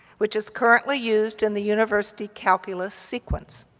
which is currently used in the university calculus sequence.